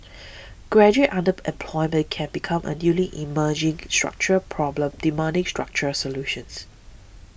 graduate underemployment can become a newly emerging structural problem demanding structural solutions